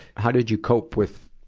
how did you cope with,